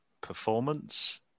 performance